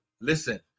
listen